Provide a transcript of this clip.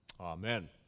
Amen